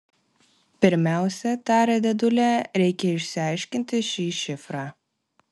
pirmiausia tarė dėdulė reikia išsiaiškinti šį šifrą